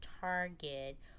target